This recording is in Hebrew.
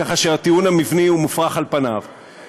ככה שהטיעון המבני הוא מופרך על פניו.